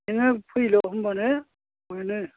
बि नों फैल' होमबानो मोनो